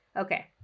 Okay